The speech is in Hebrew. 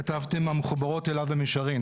כתבתם "המחוברות אליו במישרין".